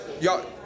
y'all